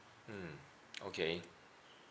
mm okay